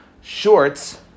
shorts